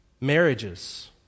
Marriages